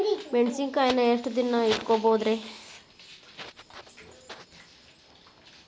ಮೆಣಸಿನಕಾಯಿನಾ ಎಷ್ಟ ದಿನ ಇಟ್ಕೋಬೊದ್ರೇ?